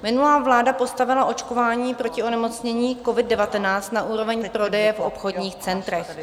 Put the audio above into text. Minulá vláda postavila očkování proti onemocnění covid19 na úroveň prodeje v obchodních centrech.